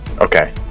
Okay